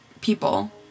people